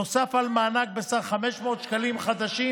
נוסף על מענק בסך 500 שקלים חדשים,